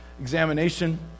examination